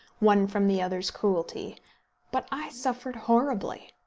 one from the other's cruelty but i suffered horribly!